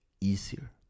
easier